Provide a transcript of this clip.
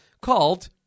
called